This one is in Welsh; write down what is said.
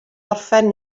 orffen